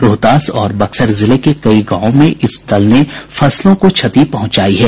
रोहतास और बक्सर जिले के कई गांवों में इस दल ने फसलों को क्षति पहुंचायी है